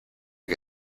que